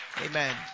Amen